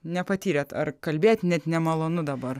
nepatyrėt ar kalbėt net nemalonu dabar